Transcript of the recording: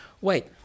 wait